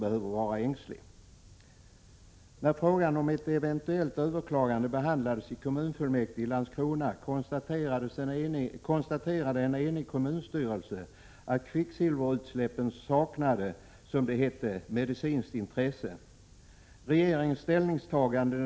6 april 1987 När frågan om ett eventuellt överklagande behandlades i kommunfullmäktige i Landskrona konstaterade en enig kommunstyrelse att kvicksilverutsläppen saknade ”medicinskt intresse”.